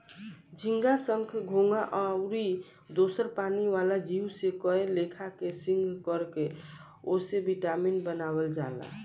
झींगा, संख, घोघा आउर दोसर पानी वाला जीव से कए लेखा के शोध कर के ओसे विटामिन बनावल जाला